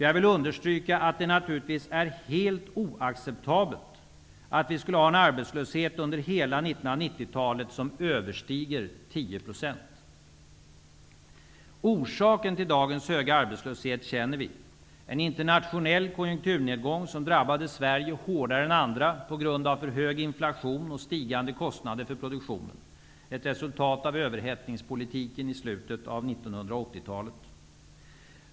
Jag vill understryka att det naturligtvis är helt oacceptabelt att ha en total arbetslöshet under hela 1990-talet som överstiger Orsaken till dagens höga arbetslöshet känner vi till: En internationell konjunkturnedgång som drabbade Sverige hårdare än andra på grund av en för hög inflation och stigande kostnader för produktionen -- ett resultat av överhettningspolitiken i slutet av 1980-talet.